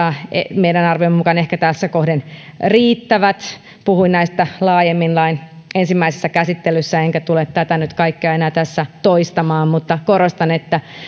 meidän arviomme mukaan ehkä tässä kohden riittävät puhuin näistä laajemmin lain ensimmäisessä käsittelyssä enkä tule nyt tätä kaikkea enää tässä toistamaan mutta korostan että